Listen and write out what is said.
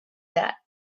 that